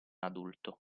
adulto